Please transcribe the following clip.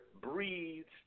breathes